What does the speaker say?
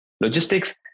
logistics